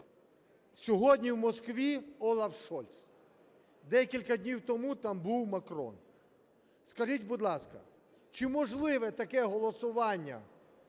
Сьогодні в Москві Олаф Шольц, декілька днів тому там був Макрон. Скажіть, будь ласка, чи можливе таке голосування